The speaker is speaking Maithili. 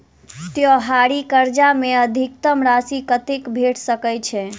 त्योहारी कर्जा मे अधिकतम राशि कत्ते भेट सकय छई?